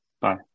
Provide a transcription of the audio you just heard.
Bye